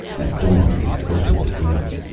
at dawn he opened the gates.